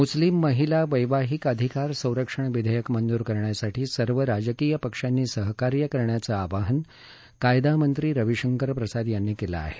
मुस्लिम महिला वैवाहीक अधिकार संरक्षण विधेयक मंजूर करण्यासाठी सर्व राजकीय पक्षांनी सहकार्य करण्याचं आवाहन कायदा मंत्री रविशंकर प्रसाद यांनी केलं आहे